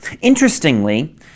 Interestingly